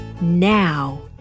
now